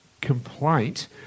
complaint